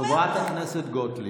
חברת הכנסת גוטליב,